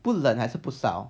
不冷还是不烧